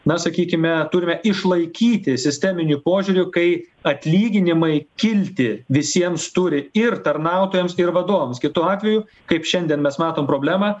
na sakykime turime išlaikyti sisteminį požiūrį kai atlyginimai kilti visiems turi ir tarnautojams ir vadovams kitu atveju kaip šiandien mes matom problemą